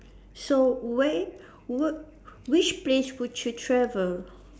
so where wh~ which place would you travel